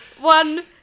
One